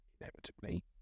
inevitably